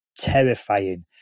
terrifying